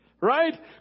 right